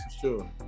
Sure